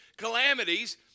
calamities